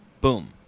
Boom